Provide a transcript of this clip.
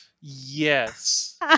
Yes